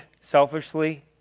selfishly